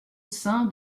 sein